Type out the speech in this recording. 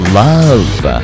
love